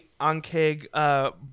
Ankeg